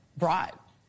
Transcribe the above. brought